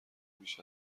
بیش